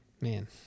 Man